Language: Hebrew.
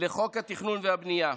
לחוק התכנון והבנייה.